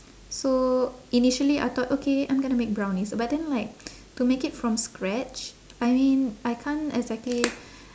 so initially I thought okay I'm gonna make brownies but then like to make it from scratch I mean I can't exactly